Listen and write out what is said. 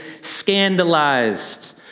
scandalized